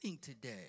today